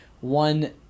one